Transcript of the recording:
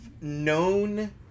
known